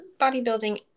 bodybuilding